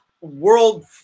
world